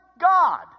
God